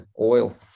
oil